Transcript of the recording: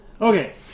Okay